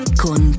con